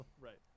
right